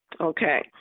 Okay